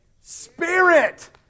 spirit